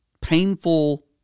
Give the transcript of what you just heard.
painful